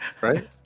Right